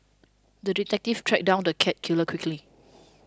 the detective tracked down the cat killer quickly